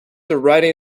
writing